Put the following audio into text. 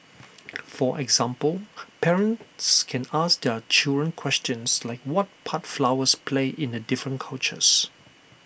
for example parents can ask their children questions like what part flowers play in the different cultures